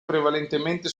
prevalentemente